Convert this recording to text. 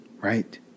Right